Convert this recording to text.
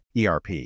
ERP